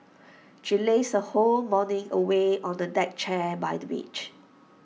she lazed her whole morning away on the deck chair by the beach